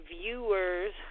viewers